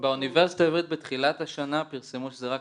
באוניברסיטה העברית בתחילת השנה פרסמו שזה רק